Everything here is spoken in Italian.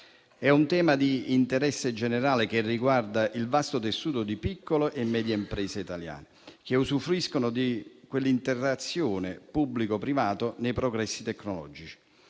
È un tema di interesse generale che riguarda il vasto tessuto di piccole e medie imprese italiane che usufruiscono di quell'interazione pubblico-privato nei progressi tecnologici.